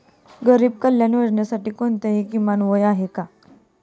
गरीब कल्याण योजनेसाठी कोणतेही किमान वय आहे का?